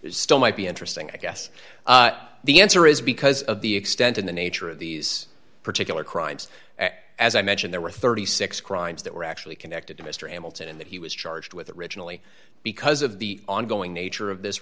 it still might be interesting i guess the answer is because of the extent and the nature of these particular crimes as i mentioned there were thirty six crimes that were actually connected to mr hamilton and that he was charged with originally because of the ongoing nature of this